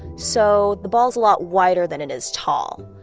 so the ball's a lot wider than it is tall.